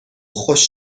خوش